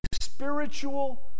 spiritual